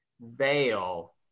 veil